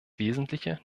wesentliche